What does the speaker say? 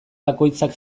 bakoitzak